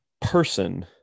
person